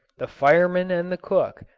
the fireman and the cook,